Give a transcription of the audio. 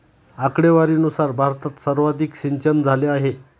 आकडेवारीनुसार भारतात सर्वाधिक सिंचनझाले आहे